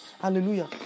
Hallelujah